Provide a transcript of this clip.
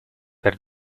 per